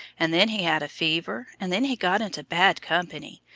and then he had a fever, and then he got into bad company,